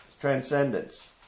transcendence